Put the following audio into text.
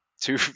two